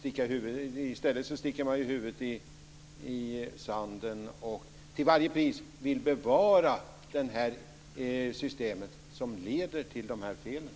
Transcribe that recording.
I stället sticker man huvudet i sanden och vill till varje pris bevara det här systemet som leder till de här felen.